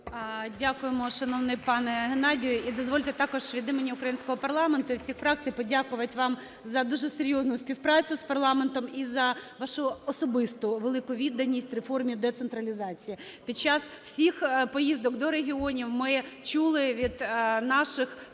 Дякуємо, шановний пане Геннадію. І дозвольте також від імені українського парламенту і всіх фракцій подякувати вам за дуже серйозну співпрацю з парламентом і за вашу особисту велику відданість реформі децентралізації. Під час всіх поїдок до регіонів ми чули від наших колег в